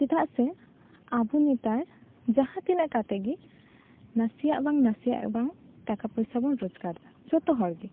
ᱪᱮᱫᱟᱜ ᱥᱮ ᱟᱵᱚ ᱱᱮᱛᱟᱨ ᱡᱟᱦᱟᱸ ᱛᱤᱱᱟᱹᱜ ᱠᱟᱛᱮ ᱜᱮ ᱱᱟᱥᱮᱭᱟᱜ ᱵᱟᱝ ᱱᱟᱥᱮᱭᱟᱜ ᱵᱟᱝ ᱴᱟᱠᱟ ᱯᱚᱭᱥᱟ ᱵᱚᱱ ᱨᱚᱡᱜᱟᱨ ᱮᱫᱟ ᱡᱚᱛᱚ ᱦᱚᱲ ᱜᱮ